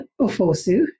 Ofosu